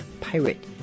Pirate